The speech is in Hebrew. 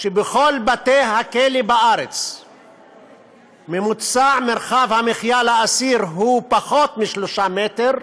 שבכל בתי-הכלא בארץ ממוצע מרחב המחיה לאסיר הוא פחות משלושה מטרים,